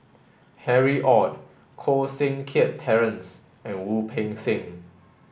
Harry Ord Koh Seng Kiat Terence and Wu Peng Seng